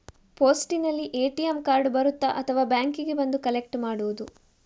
ಪೋಸ್ಟಿನಲ್ಲಿ ATM card ಬರುತ್ತಾ ಅಥವಾ ಬ್ಯಾಂಕಿಗೆ ಬಂದು ಕಲೆಕ್ಟ್ ಮಾಡುವುದು?